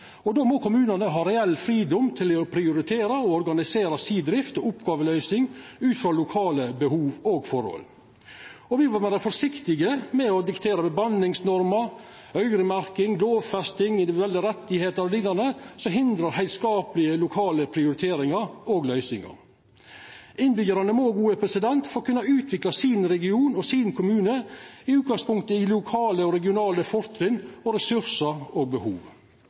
og då må kommunane ha reell fridom til å prioritera og organisera drift og oppgåveløysing ut frå lokale behov og forhold. Me må vera forsiktige med å diktera bemanningsnormer, øyremerking, lovfesting, individuelle rettar o.l., som hindrar heilskaplege lokale prioriteringar og løysingar. Innbyggjarane må få kunna utvikla sin region og sin kommune med utgangpunkt i lokale og regionale fortrinn, ressursar og behov.